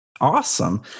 Awesome